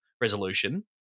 resolution